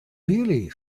really